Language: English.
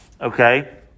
okay